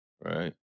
Right